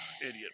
Idiot